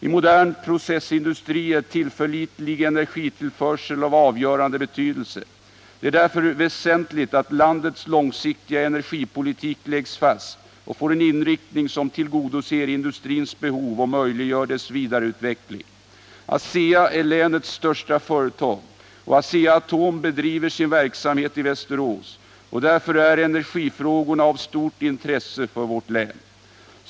I modern processindustri är tillförlitlig energitillförsel av avgörande betydelse. Det är därför väsentligt att landets långsiktiga energipolitik läggs fast och får en inriktning som tillgodoser industrins behov och möjliggör dess vidareutveckling. ASEA är länets största företag och AB Asea-Atom bedriver sin verksamhet i Västerås — därför är energifrågorna av stort intresse för vårt län.